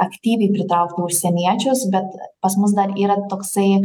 aktyviai pritraukti užsieniečius bet pas mus dar yra toksai